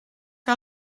que